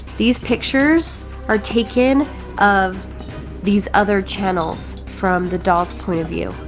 these pictures are taken of these other channels from the doll's point of view.